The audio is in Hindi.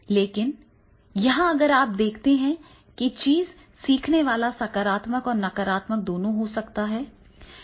लेकिन यहाँ अगर आप देखते हैं कि चीज़ सीखने वाला सकारात्मक और नकारात्मक दोनों हो सकता है